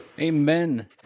Amen